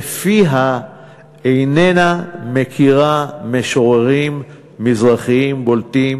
שלפיה איננה מכירה משוררים מזרחיים בולטים